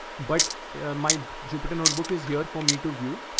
but my jupiter notebook is here for me to view.